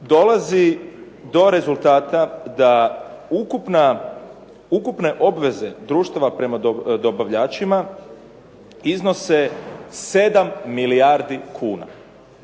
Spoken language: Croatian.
dolazi do rezultata da ukupne obveze društava prema dobavljačima iznose 7 milijardi kuna.